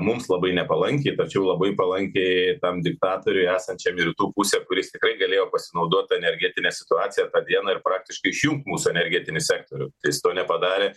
mums labai nepalankiai tačiau labai palankiai tam diktatoriui esančiam rytų pusė kuris tikrai galėjo pasinaudot energetine situacija tą dieną ir praktiškai išjungt mūsų energetinį sektorių tai jis to nepadarė